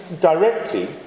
directly